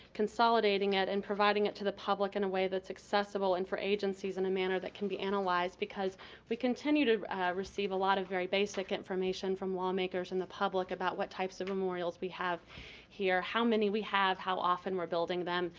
consolidating it and providing it to the public in a way that's accessible, and for agencies in a manner that can be analyzed because we continue to receive a lot of very basic information from law makers and the public about what types of memorials we have here, how many we have, how often we're building them,